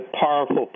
powerful